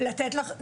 לתת לך דוגמאות?